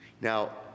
Now